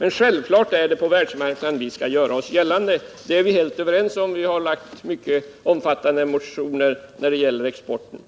Men självfallet är det på världsmarknaden vi skall göra oss gällande — det är vi överens om. Vi har också väckt mycket omfattande motioner när det gäller exporten.